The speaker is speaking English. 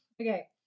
Okay